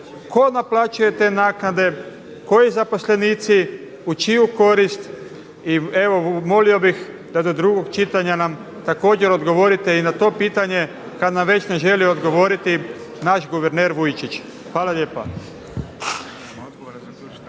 tko naplaćuje te naknade, koji zaposlenici, u čiju korist. I evo molio bih da do drugog čitanja nam također odgovorite i na to pitanje kada nam već ne želi odgovoriti naš guverner Vujčić. Hvala lijepa.